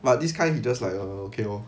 but this kind he just like uh okay lor